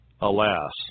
Alas